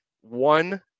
one